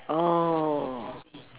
oh